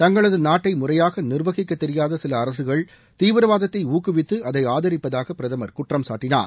தங்களது நாட்டை முறையாக நீர்வகிக்கத்தெரியாத சில அரசுகள் தீவிரவாதத்தை ஊக்குவித்து அதை ஆதரிப்பதாக பிரதமர் குற்றம் சாட்டினார்